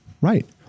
Right